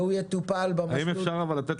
והוא יטופל במסלול --- האם אפשר לתת